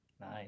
Nice